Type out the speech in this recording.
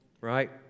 right